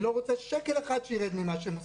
אני לא רוצה ששקל אחד ירד ממה שהם עושים.